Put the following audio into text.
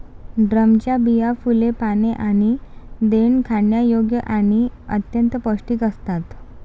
ड्रमच्या बिया, फुले, पाने आणि देठ खाण्यायोग्य आणि अत्यंत पौष्टिक असतात